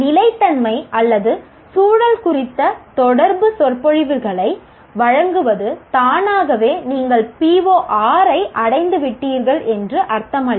நிலைத்தன்மை அல்லது சூழல் குறித்த தொடர் சொற்பொழிவுகளை வழங்குவது தானாகவே நீங்கள் PO6 ஐ அடைந்துவிட்டீர்கள் என்று அர்த்தமல்ல